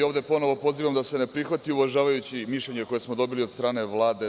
I ovde ponovo pozivam da se ne prihvati, uvažavajući mišljenja koja smo dobili od strane Vlade.